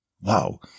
Wow